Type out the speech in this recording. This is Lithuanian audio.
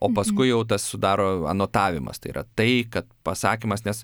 o paskui jau tas sudaro anotavimas tai yra tai kad pasakymas nes